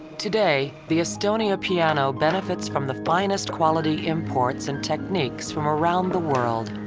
today, the estonia piano benefits from the finest quality imports and techniques from around the world.